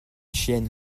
chienne